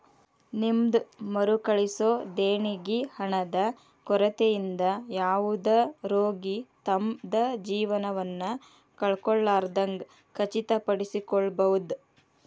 ನಿಮ್ದ್ ಮರುಕಳಿಸೊ ದೇಣಿಗಿ ಹಣದ ಕೊರತಿಯಿಂದ ಯಾವುದ ರೋಗಿ ತಮ್ದ್ ಜೇವನವನ್ನ ಕಳ್ಕೊಲಾರ್ದಂಗ್ ಖಚಿತಪಡಿಸಿಕೊಳ್ಬಹುದ್